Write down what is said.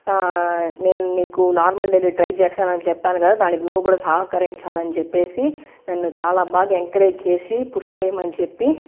నేను నీకు normal delivery try చేస్తానని చెప్పాను కదా దానికి నువ్వు కూడా సహకరించాలని చెప్పేసి నన్ను చాలా బాగా ఎంకరేజ్ చేసి పుష్ చేయమని చెప్పి